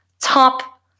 top